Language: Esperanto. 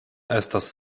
estas